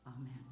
Amen